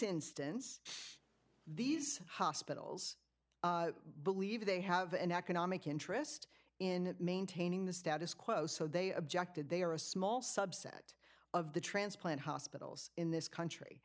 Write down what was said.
instance these hospitals believe they have an economic interest in maintaining the status quo so they objected they are a small subset of the transplant hospitals in this country